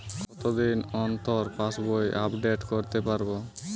কতদিন অন্তর পাশবই আপডেট করতে পারব?